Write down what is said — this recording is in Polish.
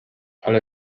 ale